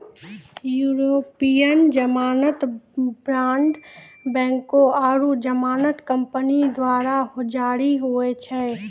यूरोपीय जमानत बांड बैंको आरु जमानत कंपनी द्वारा जारी होय छै